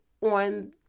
on